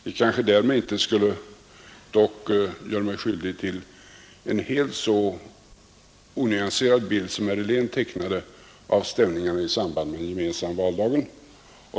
Jag kanske därmed dock inte skulle göra mig skyldig till en så onyanserad bild som den herr Helén tecknade av ställningarna i samband med den gemensamma valdagen.